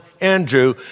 Andrew